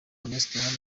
ernest